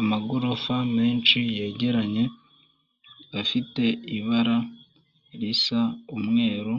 Amagorofa menshi yegeranye, afite ibara risa umweru